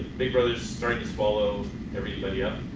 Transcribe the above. big brother is starting to swallow everybody up.